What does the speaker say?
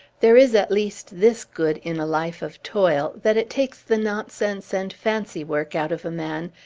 there is at least this good in a life of toil, that it takes the nonsense and fancy-work out of a man,